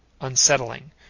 unsettling